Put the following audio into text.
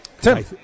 Tim